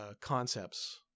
concepts